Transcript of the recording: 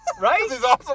Right